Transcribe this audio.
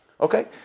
Okay